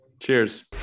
Cheers